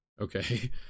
okay